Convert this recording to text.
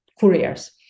couriers